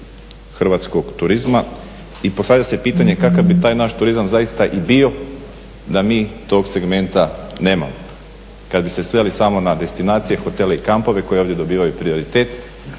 hrvatskog turizma. I postavlja se pitanje, kakav bi taj naš turizam zaista i bio da mi tog segmenta nemamo? Kad bi se sveli samo na destinacije, hotele i kampove koji ovdje dobivaju prioritet